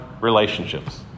relationships